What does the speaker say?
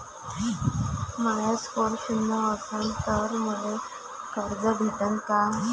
माया score शून्य असन तर मले कर्ज भेटन का?